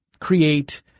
create